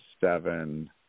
seven